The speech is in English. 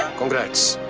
congrats